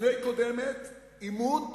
לפני הקודמת עימות,